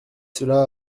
cela